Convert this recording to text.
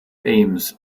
ames